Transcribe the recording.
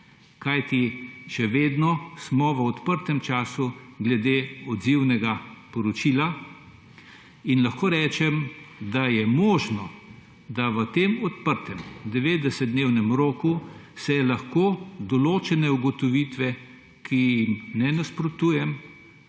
Kajti še vedno smo v odprtem času glede odzivnega poročila in lahko rečem, da je možno, da se v tem odprtem devetdesetdnevnem roku določene ugotovitve, ki jim ne nasprotujem,